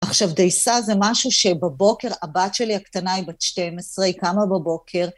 עכשיו, דייסה זה משהו שבבוקר הבת שלי הקטנה הייתה בת 12, היא קמה בבוקר.